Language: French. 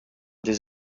des